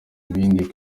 ibindi